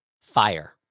fire